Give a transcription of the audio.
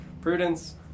Prudence